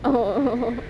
oh